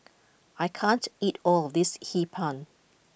I can't eat all of this Hee Pan